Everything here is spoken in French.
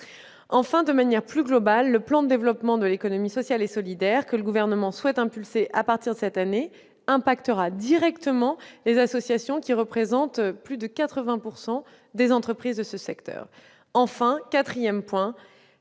De manière plus globale, le plan de développement de l'économie sociale et solidaire, que le Gouvernement souhaite impulser à partir de cette année, aura un impact direct sur les associations, lesquelles représentent plus de 80 % des entreprises du secteur. Enfin, puisque la